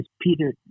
Peter